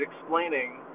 explaining